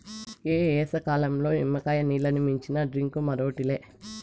ఈ ఏసంకాలంల నిమ్మకాయ నీల్లని మించిన డ్రింక్ మరోటి లే